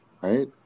right